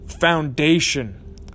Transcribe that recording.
foundation